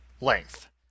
length